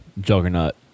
juggernaut